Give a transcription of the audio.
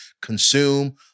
consume